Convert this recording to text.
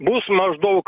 bus maždaug